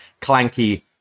clanky